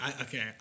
okay